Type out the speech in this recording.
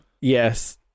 yes